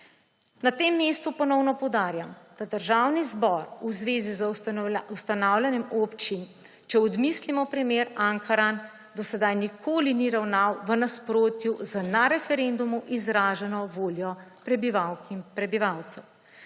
Na tem mestu ponovno poudarjam, da Državni zbor v zvezi z ustanavljanjem občin, če odmislimo primer Ankaran, do sedaj nikoli ni ravnal v nasprotju z na referendumu izraženo voljo prebivalk in prebivalcev.